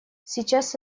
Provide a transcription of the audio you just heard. сейчас